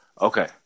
Okay